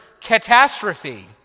catastrophe